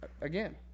again